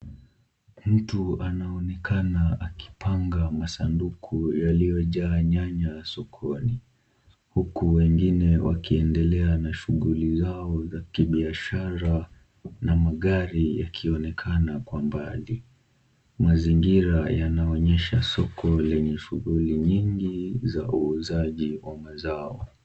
Mtu anaonekana akipanga masanduku yaliyojaa nyanya sokoni, huku wengine wakiendelea na shughuli zao za kibiashara na magari yakionekana kwa mbali. Mazingira yanaonyesha soko lenye shughuli nyingi za uuzaji wa mazao.